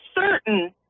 certain